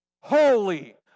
holy